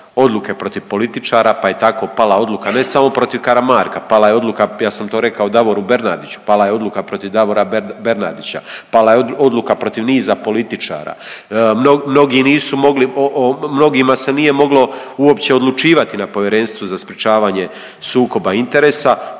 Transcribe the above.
odluke protiv političara, pa je tako pala odluka, ne samo protiv Karamarka, pala je odluka, ja sam to rekao, Davoru Bernardiću, pala je odluka protiv Davora Bernardića, pala je odluka protiv niza političara, mnogi nisu mogli o, mnogima se nije moglo uopće odlučivati na Povjerenstvu za sprječavanje sukoba interesa,